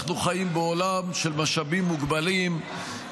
אנחנו חיים בעולם של משאבים מוגבלים,